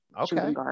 Okay